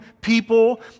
people